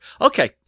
Okay